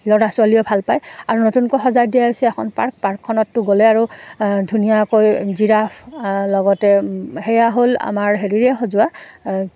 ল'ৰা ছোৱালীয়েও ভাল পায় আৰু নতুনকৈ সজাই দিয়া হৈছে এখন পাৰ্ক পাৰ্কখনতো গ'লে আৰু ধুনীয়াকৈ জিৰাফ লগতে সেয়া হ'ল আমাৰ হেৰিৰে সজোৱা